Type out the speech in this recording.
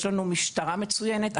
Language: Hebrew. יש לנו משטרה מצוינת,